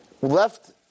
left